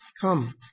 Come